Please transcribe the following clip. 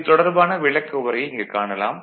இது தொடர்பான விளக்கவுரையை இங்கு காணலாம்